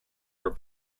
were